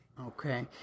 Okay